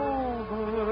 over